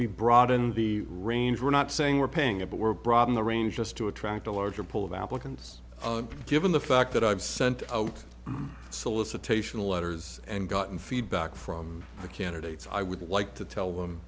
we brought in the range we're not saying we're paying a but we're brought in the range just to attract a larger pool of applicants given the fact that i've sent out solicitation letters and gotten feedback from the candidates i would like to tell them